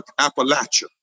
Appalachia